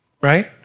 right